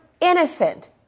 innocent